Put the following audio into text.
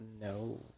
No